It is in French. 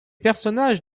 personnages